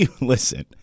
listen